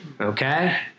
Okay